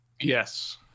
yes